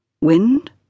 Wind